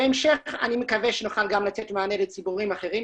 בהמשך אני מקווה שנוכל לתת מענה לציבורים אחרים,